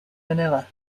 manila